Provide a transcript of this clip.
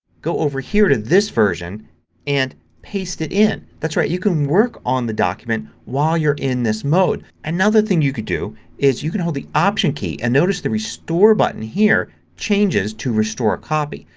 go over here to this version and paste it in. that's right! you can work on the document while you're in this mode. another thing you could do is you can hold the option key and notice the restore button here changes to restore copy.